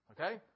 Okay